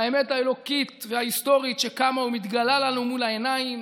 והאמת האלוקית וההיסטורית שקמה ומתגלה לנו מול העיניים